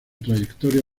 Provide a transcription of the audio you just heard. trayectoria